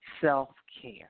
self-care